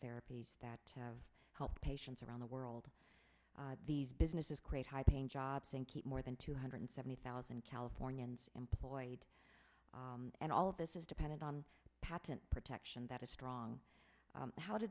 therapies that have helped patients around the world these businesses create high paying jobs and keep more than two hundred seventy thousand californians employed and all of this is dependent on patent protection that a strong how do